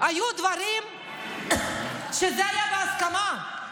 היו דברים שהיו בהסכמה.